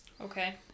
okay